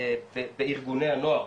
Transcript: בארגוני הנוער,